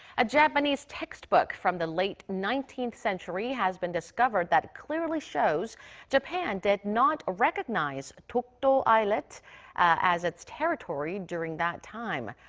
a japanese textbook from the late nineteenth century has been discovered that clearly shows japan did not recognize dokdo island as its territory during that time.